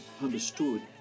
understood